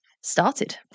started